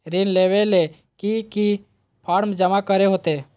ऋण लेबे ले की की फॉर्म जमा करे होते?